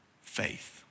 faith